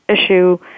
issue